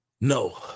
No